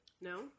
No